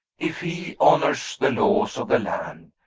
if he honors the laws of the land,